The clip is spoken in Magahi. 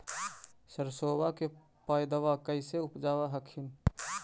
सरसोबा के पायदबा कैसे उपजाब हखिन?